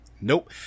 Nope